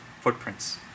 footprints